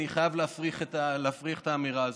אני חייב להפריך את האמירה הזאת.